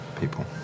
people